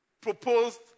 proposed